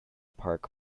park